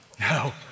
No